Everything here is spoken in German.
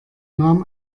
nahm